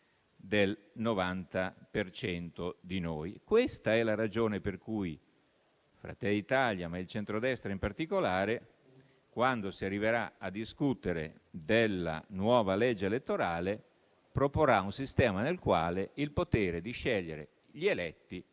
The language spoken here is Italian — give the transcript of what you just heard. cento di noi: questa è la ragione per cui Fratelli d'Italia, ma il centrodestra in particolare, quando si arriverà a discutere della nuova legge elettorale, proporrà un sistema nel quale il potere di scegliere gli eletti